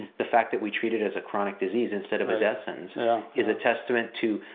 the fact that we treat it as a chronic disease instead of a death sentence is a testament to